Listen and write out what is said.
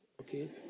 Okay